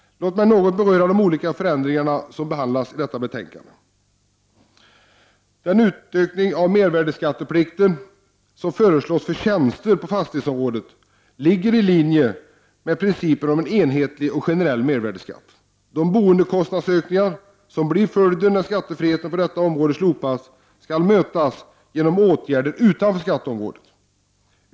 Låt mig något beröra de olika förändringar som behandlas i detta betänkande. Den utökning av mervärdeskatteplikten som föreslås för tjänster på fastighetsområdet ligger i linje med principen om en enhetlig och generell mervärdeskatt. De boendekostnadsökningar som blir följden när skattefriheten på detta område slopas skall mötas med åtgärder utanför skatteområdet.